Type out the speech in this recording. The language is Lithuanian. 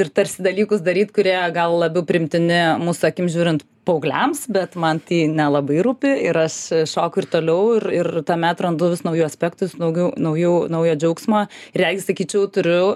ir tarsi dalykus daryt kurie gal labiau priimtini mūsų akim žiūrint paaugliams bet man tai nelabai rūpi ir aš šoku ir toliau ir ir tame atrandu vis naujų aspektų vis daugiau naujų naują džiaugsmą regis sakyčiau turiu